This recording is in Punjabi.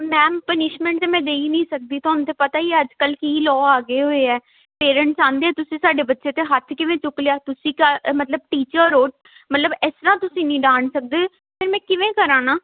ਮੈਮ ਪਨਿਸ਼ਮੈਂਟ ਤਾਂ ਮੈਂ ਦੇ ਹੀ ਨਹੀਂ ਸਕਦੀ ਤੁਹਨੂੰ ਤਾਂ ਪਤਾ ਹੀ ਹੈ ਅੱਜ ਕੱਲ੍ਹ ਕੀ ਲੋਅ ਆ ਗਏ ਹੋਏ ਹੈ ਪੇਰੈਂਟਸ ਆਉਂਦੇ ਤੁਸੀਂ ਸਾਡੇ ਬੱਚੇ 'ਤੇ ਹੱਥ ਕਿਵੇਂ ਚੁੱਕ ਲਿਆ ਤੁਸੀਂ ਕ ਮਤਲਬ ਟੀਚਰ ਹੋ ਮਤਲਬ ਇਸ ਤਰ੍ਹਾਂ ਤੁਸੀਂ ਨਹੀਂ ਡਾਂਟ ਸਕਦੇ ਫਿਰ ਮੈਂ ਕਿਵੇਂ ਕਰਾਂ ਨਾ